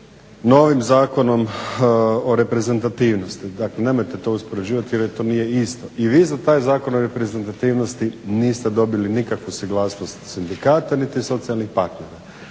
novim Zakonom o reprezentativnosti. Dakle, nemojte to uspoređivati jer to nije isto. I vi za taj Zakon o reprezentativnosti niste dobili nikakvu suglasnost sindikata niti socijalnih partnera.